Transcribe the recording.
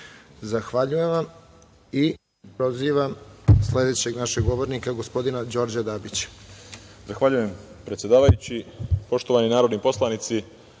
Zahvaljujem vam i prozivam sledećeg našeg govornika, gospodina Đorđa Dabića.